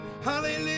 Hallelujah